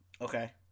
okay